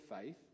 faith